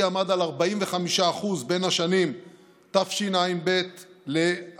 עמד על 45% בין השנים תשע"ב ותשע"ט,